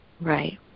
Right